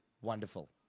wonderful